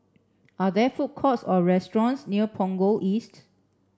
are there food courts or restaurants near Punggol East